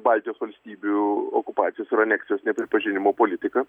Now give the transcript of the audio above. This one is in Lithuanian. baltijos valstybių okupacijos ir aneksijos nepripažinimo politiką